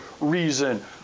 reason